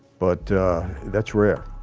but that's rare.